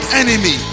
enemy